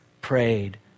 prayed